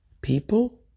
people